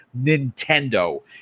Nintendo